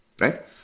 right